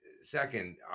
second